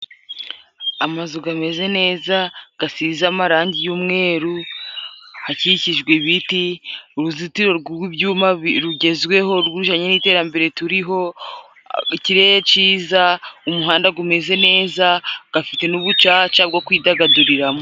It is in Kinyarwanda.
Amazu gameze neza gasize amarangi y'umweru, hakikijwe ibiti, uruzitiro rw'ibyuma rugezweho rujanye n'iterambere turiho, ikirere ciza, umuhanda gumeze neza, gafite n'ubucaca bwo kwidagaduriramo.